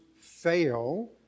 fail